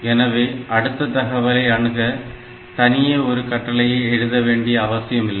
எனவே அடுத்த தகவலை அணுக தனியே ஒரு கட்டளையை எழுத வேண்டிய அவசியமில்லை